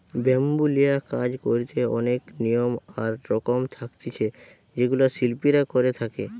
bamboo লিয়া কাজ করিতে অনেক নিয়ম আর রকম থাকতিছে যেগুলা শিল্পীরা করে থাকে